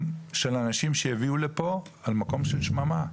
אנשים שהביאו לפה, למקום של שממה.